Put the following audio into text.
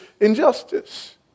injustice